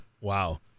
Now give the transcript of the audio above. Wow